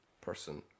person